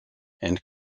and